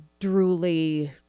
drooly